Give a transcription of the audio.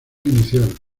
inicial